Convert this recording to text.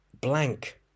blank